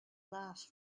last